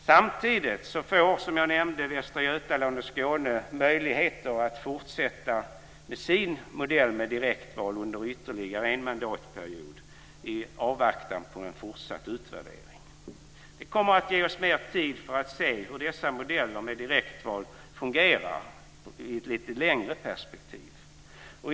Samtidigt får, som jag nämnde, Västra Götaland och Skåne möjligheter att fortsätta med sin modell med direktval under ytterligare en mandatperiod i avvaktan på en fortsatt utvärdering. Det kommer att ge oss mer tid för att se hur dessa modeller med direktval fungerar i ett lite längre perspektiv.